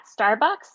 Starbucks